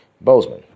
Bozeman